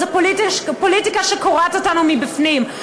זו פוליטיקה שקורעת אותנו מבפנים.